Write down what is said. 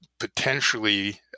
Potentially